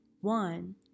one